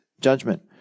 judgment